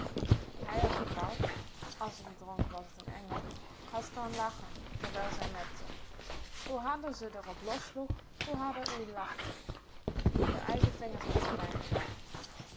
hij as n kalf as-ie niet dronk was t n engel had staan lachen terwijl zij mepte hoe harder ze d'r op lossloeg hoe harder ie lachte d'r eigen vingers had ze pijn gedaan